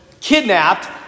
kidnapped